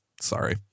sorry